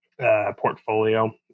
portfolio